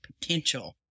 potential